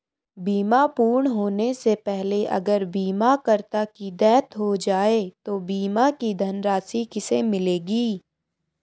बीमा पूर्ण होने से पहले अगर बीमा करता की डेथ हो जाए तो बीमा की धनराशि किसे मिलेगी?